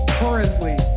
currently